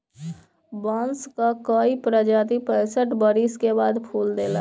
बांस कअ कई प्रजाति पैंसठ बरिस के बाद फूल देला